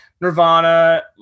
Nirvana